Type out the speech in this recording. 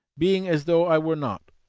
being as though i were not.